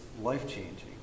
life-changing